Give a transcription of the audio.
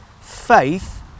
faith